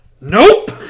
Nope